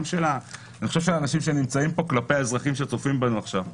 אני חושב גם של האנשים שנמצאים פה כלפי האזרחים שצופים בנו עכשיו,